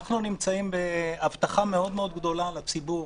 אנחנו נמצאים בהבטחה מאוד מאוד גדולה לציבור.